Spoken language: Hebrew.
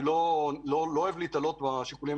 איני אוהב להיתלות בשיקולים